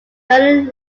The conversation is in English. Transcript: berlin